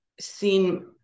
seen